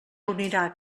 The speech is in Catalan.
reunirà